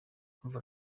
ukumva